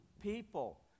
people